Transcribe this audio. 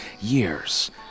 Years